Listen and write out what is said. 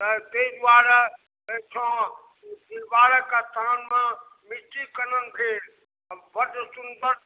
आओर तै दुआरे अहिठाम डिहबारक स्थानमे मिट्टी कनन भेल बड़ सुन्दर